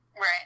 right